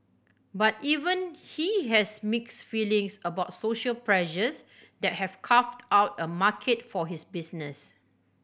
but even he has has mixed feelings about social pressures that have carved out a market for his business